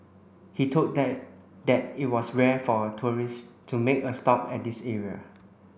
he told them that it was rare for tourists to make a stop at this area